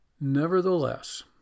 Nevertheless